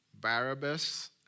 Barabbas